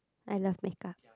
I love makeup